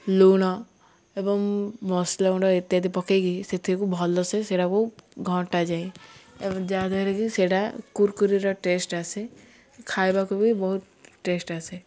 ଲୁଣ ଏବଂ ମସଲା ଲୁଣ୍ଡ ଇତ୍ୟାଦି ପକାଇକି ସେଥିକୁ ଭଲ ସେ ସେଟାକୁ ଘଣ୍ଟାଯାଏ ଏବଂ ଯାହାଦ୍ୱାରା କି ସେଟା କୁରକୁରିର ଟେଷ୍ଟ ଆସେ ଖାଇବାକୁ ବି ବହୁତ ଟେଷ୍ଟ ଆସେ